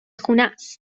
خونست